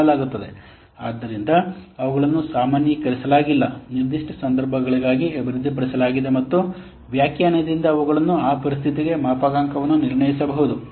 ಆದ್ದರಿಂದ ಹಲವಾರು ಮಾದರಿಗಳಿವೆ ಅವುಗಳನ್ನು ನಿರ್ದಿಷ್ಟ ಸನ್ನಿವೇಶಗಳಿಗೆ ಮಾತ್ರ ಅಭಿವೃದ್ಧಿಪಡಿಸಲಾಗಿದೆ ಅವುಗಳನ್ನು ಸಾಮಾನ್ಯೀಕರಿಸಲಾಗಿಲ್ಲ ನಿರ್ದಿಷ್ಟ ಸಂದರ್ಭಗಳಿಗಾಗಿ ಅಭಿವೃದ್ಧಿಪಡಿಸಲಾಗಿದೆ ಮತ್ತು ವ್ಯಾಖ್ಯಾನದಿಂದ ಅವುಗಳನ್ನು ಆ ಪರಿಸ್ಥಿತಿಗೆ ಮಾಪನಾಂಕವನ್ನು ನಿರ್ಣಯಿಸಬಹುದು